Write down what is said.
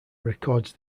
records